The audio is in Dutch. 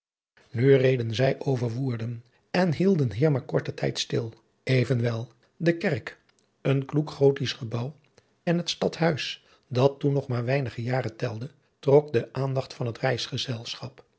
nu reden zij over woerden en hielden hier maar korten tijd stil evenwel de kerk een kloek gottisch gebouw en het stadhuis dat toen nog maar weinige jaren telde trok de aandacht van het reisgezelschap